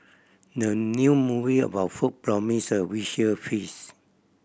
the new movie about food promise a visual feast